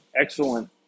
excellent